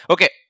Okay